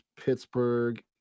Pittsburgh